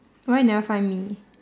why you never find me